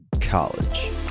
college